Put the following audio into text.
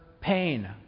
pain